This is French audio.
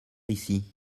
ici